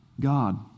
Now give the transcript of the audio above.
God